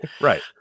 Right